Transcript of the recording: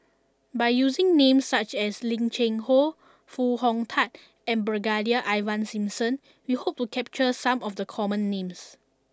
by using names such as Lim Cheng Hoe Foo Hong Tatt and Brigadier Ivan Simson we hope to capture some of the common names